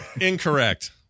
Incorrect